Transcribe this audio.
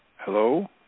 Hello